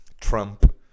Trump